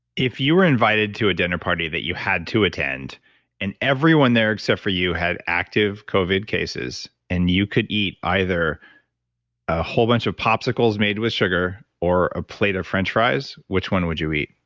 if you were invited to a dinner party that you had to attend and everyone there except for you had active covid cases and you could eat either a whole bunch of popsicles made with sugar or a plate of french fries, which one would you eat?